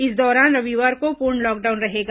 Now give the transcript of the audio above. इस दौरान रविवार को पूर्ण लॉकडाउन रहेगा